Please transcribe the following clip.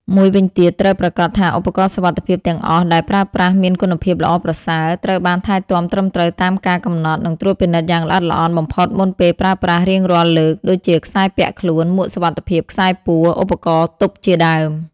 មួយវិញទៀត ត្រូវប្រាកដថាឧបករណ៍សុវត្ថិភាពទាំងអស់ដែលប្រើប្រាស់មានគុណភាពល្អប្រសើរ ត្រូវបានថែទាំត្រឹមត្រូវតាមការកំណត់ និងត្រួតពិនិត្យយ៉ាងល្អិតល្អន់បំផុតមុនពេលប្រើប្រាស់រៀងរាល់លើក ដូចជាខ្សែពាក់ខ្លួន មួកសុវត្ថិភាព ខ្សែពួរ ឧបករណ៍ទប់ជាដើម។